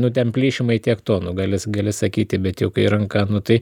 nu ten plyšimai tiek to nu galės gali sakyti bet jau kai ranka nu tai